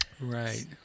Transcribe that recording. Right